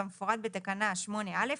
כמפורט בתקנה 8א,